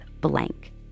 blank